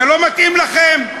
זה לא מתאים לכם.